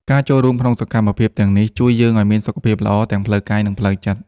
ការចូលរួមក្នុងសកម្មភាពទាំងនេះ ជួយយើងឲ្យមានសុខភាពល្អទាំងផ្លូវកាយ និងផ្លូវចិត្ត។